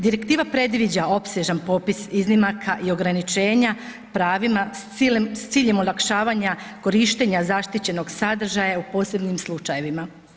Direktiva predviđa opsežan popis iznimaka i ograničenja pravima s ciljem olakšavanja korištenja zaštićenog sadržaja u posebnim slučajevima.